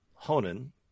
Honan